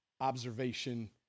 observation